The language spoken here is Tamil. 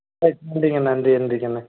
ரைட் நன்றிங்கண்ணே நன்றி நன்றிங்கண்ணே